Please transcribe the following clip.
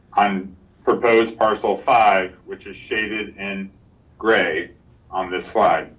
um proposed parcel five, which is shaded in gray on this slide.